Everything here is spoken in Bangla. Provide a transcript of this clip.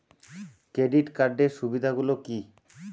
ক্রেডিট কার্ডের সুবিধা গুলো কি?